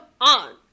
on